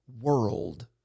world